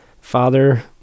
Father